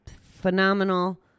phenomenal